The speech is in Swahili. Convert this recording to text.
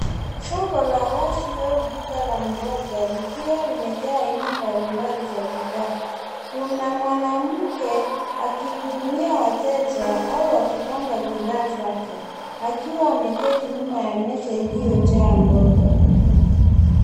Soko la wazi au duka la mboga likiwa limejaa aina mbalimbali za bidhaa. Kuna mwanamke akihudumia wateja au akipanga bidhaa zake. Akiwa ameketi nyuma ya meza iliyojaa mboga.